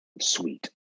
Sweet